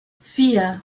vier